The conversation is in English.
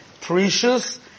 Precious